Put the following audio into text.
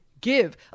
give